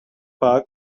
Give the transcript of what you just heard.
park